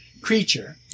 creature